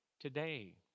today